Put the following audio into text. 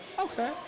Okay